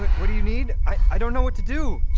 what do you need i don't know what to do!